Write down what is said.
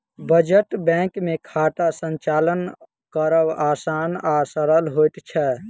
बचत बैंक मे खाता संचालन करब आसान आ सरल होइत छै